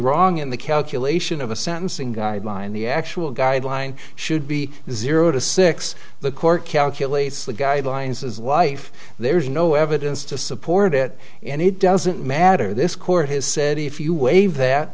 wrong in the calculation of a sentencing guideline the actual guideline should be zero to six the court calculates the guidelines as life there's no evidence to support it and it doesn't matter this court has said if you waive that